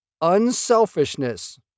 unselfishness